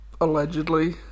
Allegedly